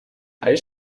hij